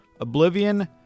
Oblivion